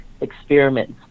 experiments